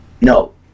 No